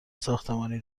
ساختمانی